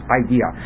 idea